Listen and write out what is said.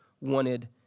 wanted